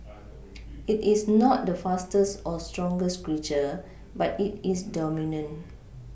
it is not the fastest or strongest creature but it is dominant